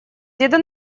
деда